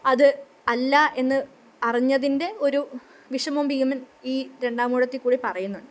അത് അല്ല എന്ന് അറിഞ്ഞതിന്റെ ഒരു വിഷമം ഭീമൻ ഈ രണ്ടാമൂഴത്തിൽ കൂടെ പറയുന്നുണ്ട്